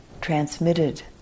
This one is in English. transmitted